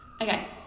okay